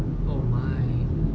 !wow!